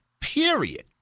period